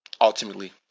ultimately